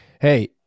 Hey